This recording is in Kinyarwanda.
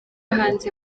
hanze